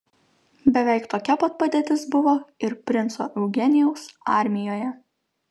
beveik tokia pat padėtis buvo ir princo eugenijaus armijoje